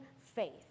faith